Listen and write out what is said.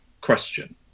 question